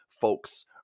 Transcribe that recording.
folks